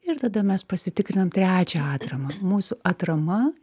ir tada mes pasitikrinam trečią atramą mūsų atrama